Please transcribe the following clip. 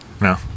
no